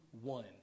one